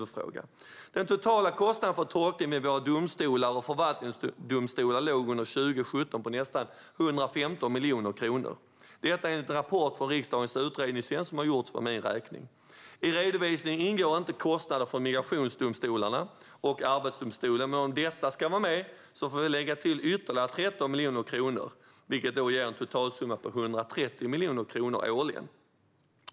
Den totala kostnaden för tolkning i domstolar och förvaltningsdomstolar låg 2017 på nästan 115 miljoner kronor, enligt en rapport från riksdagens utredningstjänst som gjorts för min räkning. I redovisningen ingår inte kostnader från migrationsdomstolarna och Arbetsdomstolen. Men om dessa ska vara med får vi lägga till ytterligare 13 miljoner kronor, vilket ger en totalsumma på 130 miljoner kronor årligen.